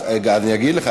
אני אגיד לך,